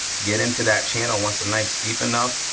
get into that channel, once the knife's deep enough,